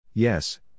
Yes